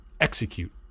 execute